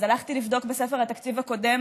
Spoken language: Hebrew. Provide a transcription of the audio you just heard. אז הלכתי לבדוק בספר התקציב הקודם